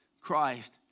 Christ